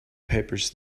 papers